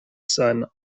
son